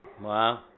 Wow